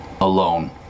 alone